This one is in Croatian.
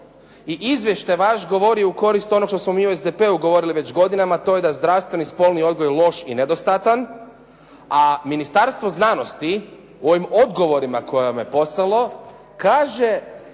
i izvještaj vaš govori u korist onog što smo mi u SDP-u govorili već godinama, to je da zdravstveni spolni odgoj loš i nedostatan, a Ministarstvo znanosti u ovim odgovorima koje je vam je poslalo, kaže